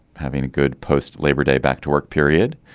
having a good post labor day back to work period.